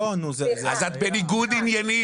אז את בניגוד עניינים.